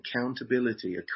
accountability